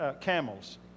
camels